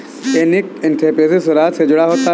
ethnic entrepreneurship स्वरोजगार से जुड़ा होता है